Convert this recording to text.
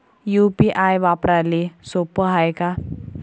UPI वापराले सोप हाय का?